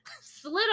slid